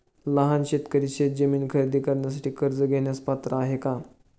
लहान शेतकरी शेतजमीन खरेदी करण्यासाठी कर्ज घेण्यास पात्र आहेत का?